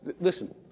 listen